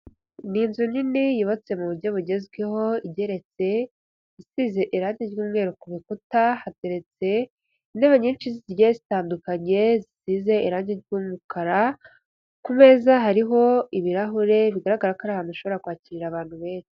Ni inzu nini yubatse mu buryo bugezweho igereretse. Isize irangi z'umweru, ku bikuta hateretse intebe nyinshi zigiye zitandukanye zisize irangi ry’umukara, ku meza hariho ibirahure. Bigaragara ko ari ahantu ushobora kwakirira abantu benshi.